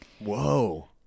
Whoa